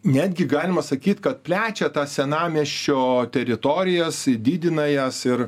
netgi galima sakyt kad plečia tą senamiesčio teritorijas didina jas ir